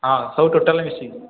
ହଁ ସବୁ ଟୋଟାଲ୍ ମିଶିକି